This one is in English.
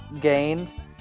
Gained